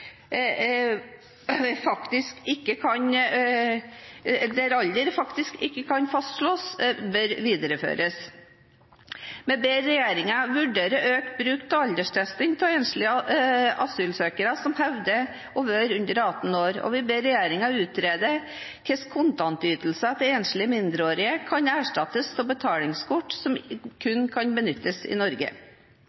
faktisk ikke kan fastslås, bør videreføres. Vi ber regjeringen vurdere økt bruk av alderstesting av enslige asylsøkere som hevder å være under 18 år, og vi ber regjeringen utrede hvilke kontantytelser til enslige mindreårige som kan erstattes av betalingskort som